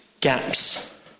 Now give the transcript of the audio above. gaps